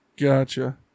gotcha